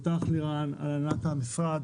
לברך אותך לירן על הנהלת המשרד,